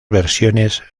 versiones